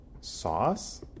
sauce